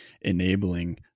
enabling